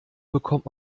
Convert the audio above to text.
bekommt